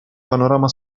panorama